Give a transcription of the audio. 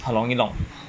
很容易弄